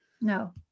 No